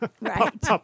Right